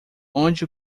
onde